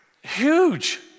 Huge